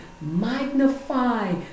magnify